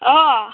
अ'